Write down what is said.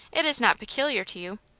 it is not peculiar to you.